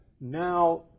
now